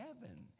heaven